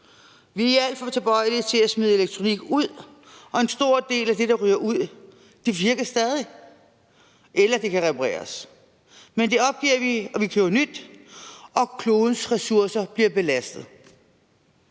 Vi er alt for tilbøjelige til at smide elektronik ud, og en stor del af det, der ryger ud, virker stadig, eller det kan repareres. Men det opgiver vi; vi køber nyt, og klodens ressourcer bliver belastet.